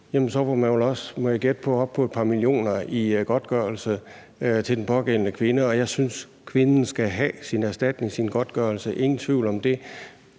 på, være kommet op på et par millioner i godtgørelse til den pågældende kvinde. Jeg synes, at kvinden skal have sin erstatning, sin godtgørelse, ingen tvivl om det.